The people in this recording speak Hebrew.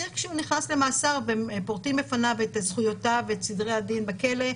כשאסיר נכנס למאסר ופורטים בפניו את זכויותיו ואת סדרי הדין בכלא,